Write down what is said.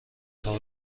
تاپ